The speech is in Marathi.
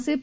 असे पु